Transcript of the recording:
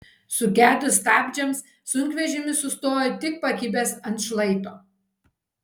sugedus stabdžiams sunkvežimis sustojo tik pakibęs ant šlaito